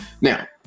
Now